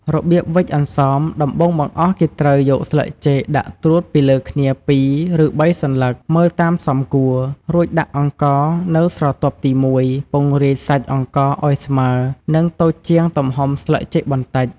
របៀបវេច «អន្សម» ដំបូងបង្អស់គេត្រូវយកស្លឹកចេកដាក់ត្រួតពីលើគ្នា ពីរ ឬបីសន្លឹក មើលតាមសមគួរ រួចដាក់អង្ករនៅស្រទាប់ទីមួយ ពង្រាយសាច់អង្ករឱ្យស្មើ និងតូចជាងទំហំស្លឹកចេកបន្តិច ។